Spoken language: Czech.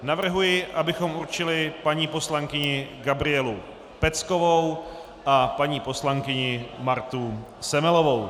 Navrhuji, abychom určili paní poslankyni Gabrielu Peckovou a paní poslankyni Martu Semelovou.